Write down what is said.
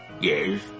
Yes